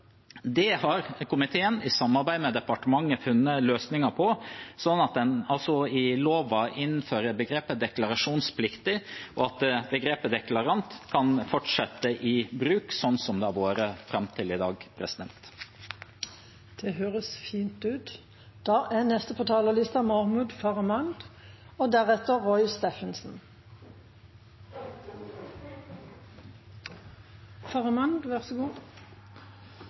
Det har komiteen i samarbeid med departementet funnet løsninger for, sånn at en i loven innfører begrepet «deklarasjonspliktig», og at begrepet «deklarant» fortsatt kan være i bruk, slik det har vært fram til i dag. Jeg vil starte med å takke for godt samarbeid og god dialog i denne saken. Som foregående taler påpekte, ble det litt engasjement, og